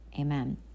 Amen